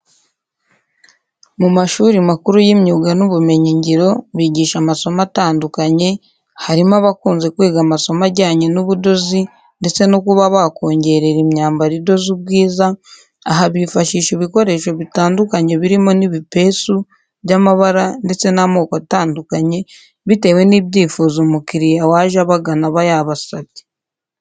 Mu mashuri makuru y'imyuga n'ubumenyingiro bigisha amasomo atandukanye, harimo abakunze kwiga amasomo ajyanye n'ubudozi ndetse no kuba bakongerera imyambaro idoze ubwiza, aha bifashisha ibikoresho bitandukanye birimo n'ibipesu by'amabara ndetse n'amoko atandukanye, bitewe n'ibyifuzo umukiriya waje abagana aba yabasabye.